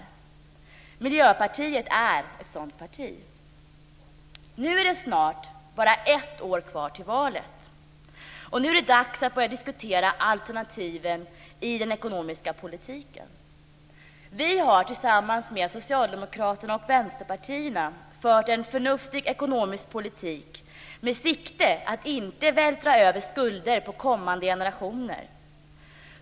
Miljöpartiet är ett sådant parti. Nu är det snart bara ett år kvar till valet, och nu är det dags att börja diskutera alternativen i den ekonomiska politiken. Vi har tillsammans med Socialdemokraterna och Vänsterpartiet fört en förnuftig ekonomisk politik med sikte på att inte vältra över skulder på kommande generationer.